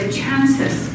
chances